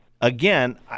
Again